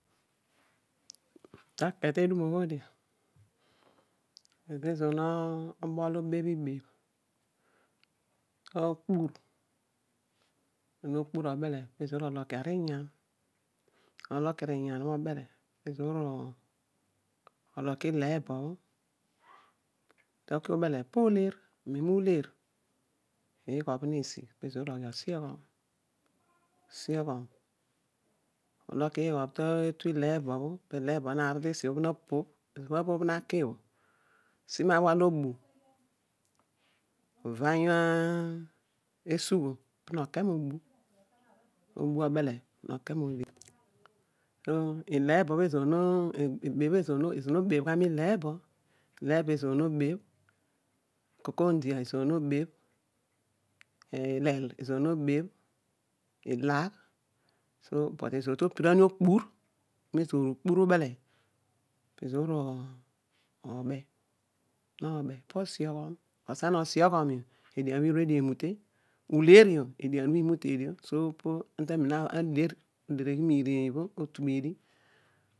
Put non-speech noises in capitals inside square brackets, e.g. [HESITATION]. Ta ke ta edum mobho die ezo obho ezoor no bol no besh miibebh ogbur esi obho no gaur obale reezoor ologh any an nolokiri inyan obho obele, poloki ileebo obbo, olotai bele po oleer amen uleer, igho̱ bho, nesi, peezoor oghi osioghom, osioghon oloki igha bho ta aru tu ileebo bho ileebo bho na rol bo osi bho bho [HESITATION] na pobh, ezo bho obh ohh nazai obho, as, maala olo obu uva [UNINTELLIGIBLE] anyle esugho pu no ke mo bu no bu obele pu no ke mole, ileebo bho, theebu bhe ezar no bebh no bobh sha miileebe leebo ezoor nebebh, alco son dia ezoor no bebb, zel ezoor no bebh ai lagh but ezoor tepirani okpur ibha zoor akpur ubele peezoor obe robe po osi- ushom, oua osioghemio edian bho erudio emuto uleer io edian obho mate dio, so po ana la leeri miireeny obho atubedi.